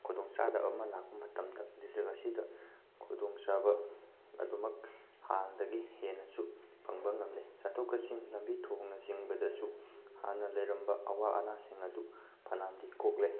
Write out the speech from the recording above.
ꯈꯨꯗꯣꯡꯆꯥꯗꯕ ꯑꯃ ꯂꯥꯛꯄ ꯃꯇꯝꯗ ꯗꯤꯇ꯭ꯔꯤꯛ ꯑꯁꯤꯗ ꯈꯨꯗꯣꯡꯆꯥꯕ ꯑꯗꯨꯝꯃꯛ ꯍꯥꯟꯅꯗꯒꯤ ꯍꯦꯟꯅꯁꯨ ꯐꯪꯕ ꯉꯝꯂꯦ ꯆꯠꯊꯣꯛ ꯆꯠꯁꯤꯟ ꯂꯝꯕꯤ ꯊꯣꯡꯅꯆꯤꯡꯕꯗꯁꯨ ꯍꯥꯟꯅ ꯂꯩꯔꯝꯕ ꯑꯋꯥ ꯑꯅꯥꯁꯤꯡ ꯑꯗꯨ ꯐꯅꯥꯌꯥꯝꯅꯗꯤ ꯀꯣꯛꯂꯦ